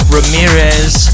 Ramirez